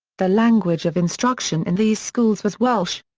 the language of instruction in these schools was welsh.